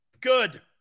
Good